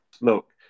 look